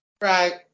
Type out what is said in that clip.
Right